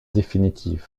définitive